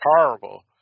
horrible